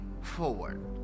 forward